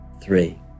three